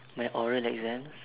my oral exams